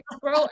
bro